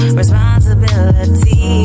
responsibility